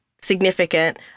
Significant